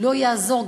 לא יעזור,